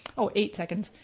oh eight seconds.